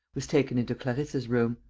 was taken into clarisse's room.